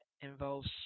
involves